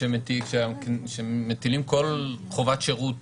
כשמטילים כל חובת שירות